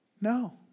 no